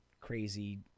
crazy